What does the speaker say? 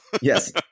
Yes